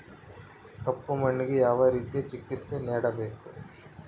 ಕಪ್ಪು ಮಣ್ಣಿಗೆ ಯಾವ ರೇತಿಯ ಚಿಕಿತ್ಸೆ ನೇಡಬೇಕು?